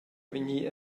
vegnir